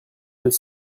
deux